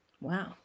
wow